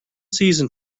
season